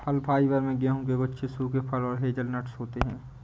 फल फाइबर में गेहूं के गुच्छे सूखे फल और हेज़लनट्स होते हैं